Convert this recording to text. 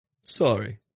Sorry